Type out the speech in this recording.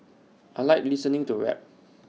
I Like listening to rap